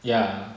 ya